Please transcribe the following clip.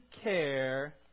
care